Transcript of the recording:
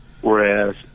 Whereas